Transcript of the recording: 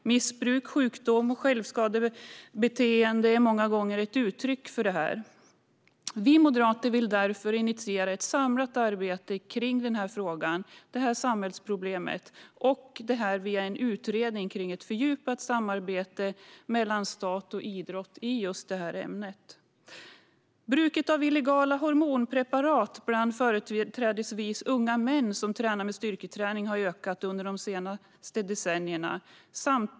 Missbruk, sjukdom och självskadebeteende är många gånger ett uttryck för detta. Vi moderater vill därför initiera ett samlat arbete kring detta samhällsproblem via en utredning om ett fördjupat samarbete mellan stat och idrott i just detta ämne. Bruket av illegala hormonpreparat bland företrädesvis unga män som utövar styrketräning har ökat under de senaste decennierna.